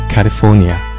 California